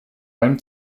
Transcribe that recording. allem